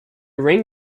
rang